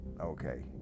Okay